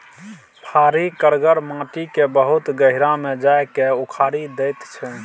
फारी करगर माटि केँ बहुत गहींर मे जा कए उखारि दैत छै